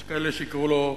יש כאלה שיקראו לו: